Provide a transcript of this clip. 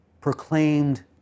Proclaimed